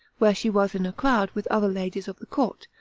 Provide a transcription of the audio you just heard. where she was in a crowd, with other ladies of the court,